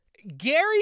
Gary